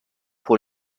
pour